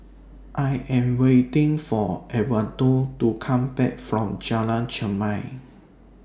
I Am waiting For Edwardo to Come Back from Jalan Chermai